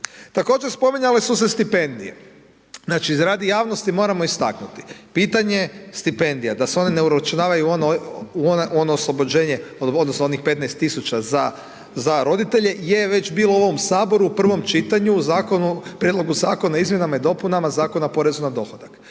Također spominjale su se stipendije. Znači radi javnosti moramo istaknuti pitanje stipendija da se one ne uračunavaju u ono oslobođenje od onih 15 tisuća za roditelje je već bilo u ovom Saboru u prvom čitanju u Prijedlogu zakona o izmjenama i dopunama Zakona o porezu na dohodak.